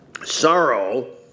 Sorrow